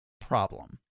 problem